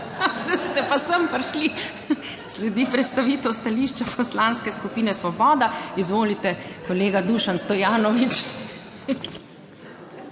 zboru pisno poročal. Sledi predstavitev stališča Poslanske skupine Svoboda. Izvolite, kolega Dušan Stojanović.